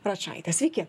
račaitė sveiki